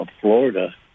Florida